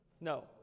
No